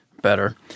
better